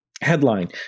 headline